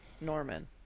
Norman